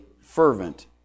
fervent